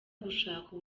gushaka